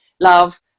love